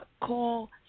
call